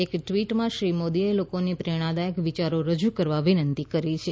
એક ટ્વીટમાં શ્રીમોદીએ લોકોને પ્રેરણાદાયક વિચારો રજુ કરવા વિનંતી કરી છે